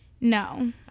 no